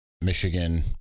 Michigan